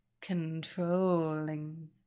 controlling